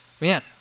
Man